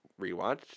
rewatch